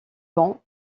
vent